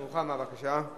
30 בעד, אין מתנגדים, אין